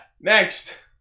Next